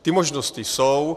Ty možnosti jsou.